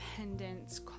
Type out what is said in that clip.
independence